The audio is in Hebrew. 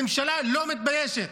הממשלה לא מתביישת.